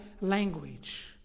language